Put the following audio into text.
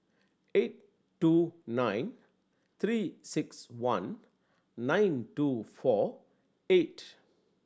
eight two nine Three Six One nine two four eight